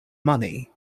money